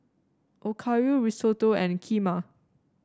Okayu Risotto and Kheema